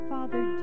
Father